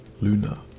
luna